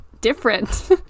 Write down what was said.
different